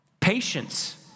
Patience